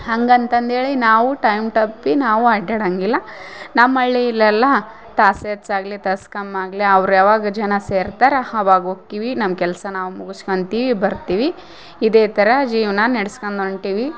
ಹಂಗೆ ಅಂತಂದು ಹೇಳಿ ನಾವು ಟೈಮ್ ತಪ್ಪಿ ನಾವು ಅಡ್ಡಾಡಂಗೆ ಇಲ್ಲ ನಮ್ಮ ಹಳ್ಳೀಲ್ ಎಲ್ಲಾ ತಾಸು ಹೆಚ್ಚಾಗಲಿ ತಾಸು ಕಮ್ಮಿ ಆಗಲಿ ಅವ್ರು ಯಾವಾಗ ಜನ ಸೇರ್ತಾರ ಅವಾಗ ಹೋಕ್ಕೀವಿ ನಮ್ಮ ಕೆಲಸ ನಾವು ಮುಗಸ್ಕಂತೀವಿ ಬರ್ತೀವಿ ಇದೇ ಥರ ಜೀವನ ನೆಡ್ಸ್ಕಂಡು ಹೊಂಟೀವಿ